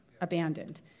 abandoned